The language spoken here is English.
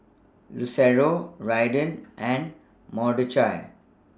Lucero Raiden and Mordechai